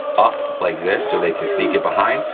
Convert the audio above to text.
up, like this, so they can sneak it behind.